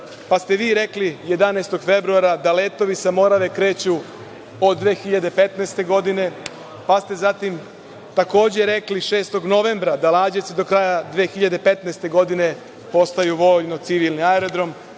Pa, ste vi rekli 11. februara da letovi sa Morave kreću od 2015. godine, pa ste zatim takođe rekli 6. novembra, da Lađevci do kraja 2015. godine postaje vojno-civilni aerodrom,